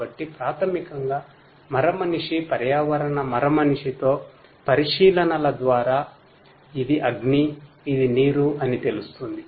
కాబట్టి ప్రాథమికంగా మరమనిషి పర్యావరణ మరమనిషితో పరిశీలనల ద్వారా ఇది అగ్ని ఇదినీరు అని తెలుస్తుంది